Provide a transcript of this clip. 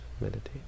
meditate